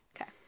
okay